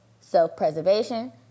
self-preservation